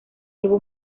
evo